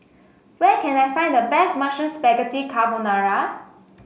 where can I find the best Mushroom Spaghetti Carbonara